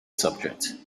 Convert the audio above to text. subject